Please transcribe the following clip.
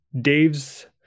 Dave's